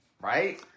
Right